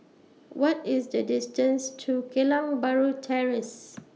What IS The distance to Geylang Bahru Terrace